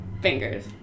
fingers